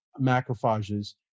macrophages